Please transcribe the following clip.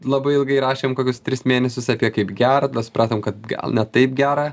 labai ilgai rašėm kokius tris mėnesius apie kaip gerai supratom kad gal ne taip gera